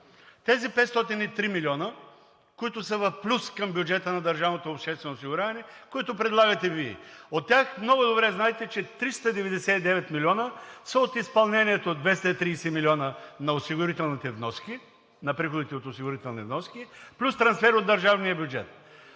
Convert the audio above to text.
тези 503 милиона, които са в плюс към бюджета на държавното обществено осигурява, които предлагате Вие. От тях много добре знаете, че 399 милиона са от изпълнението – 230 милиона на приходите от осигурителните вноски, плюс трансфер от държавния бюджет.